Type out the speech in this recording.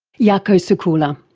jaakko seikkula.